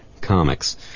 comics